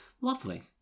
lovely